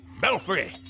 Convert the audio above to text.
Belfry